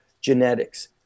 genetics